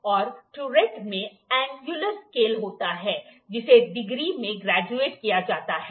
और टुररेट में angular scale होता है जिसे डिग्री में ग्रेजुएट किया जाता है